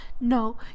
No